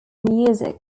music